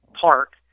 Park